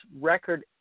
record